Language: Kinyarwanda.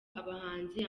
abahanzi